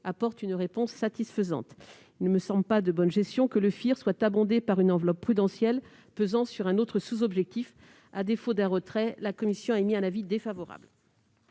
apporte une réponse satisfaisante. Il ne me semble pas de bonne gestion que le FIR soit abondé par une enveloppe prudentielle pesant sur un autre sous-objectif. À défaut d'un retrait, la commission a émis un avis défavorable.